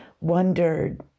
wondered